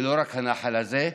ולא רק הנחל הזה,